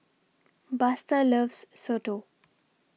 Buster loves Soto